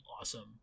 awesome